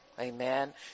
Amen